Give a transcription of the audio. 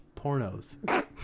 pornos